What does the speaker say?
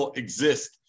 exist